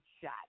shot